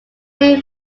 made